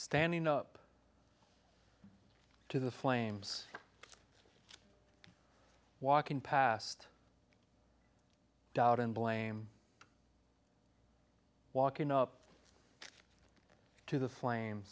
standing up to the flames walking past doubt and blame walking up to the flame